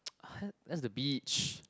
that's the beach